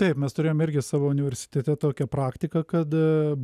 taip mes turėjome irgi savo universitete tokią praktiką kad